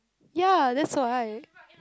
ya that's why